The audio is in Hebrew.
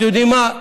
אתם יודעים מה,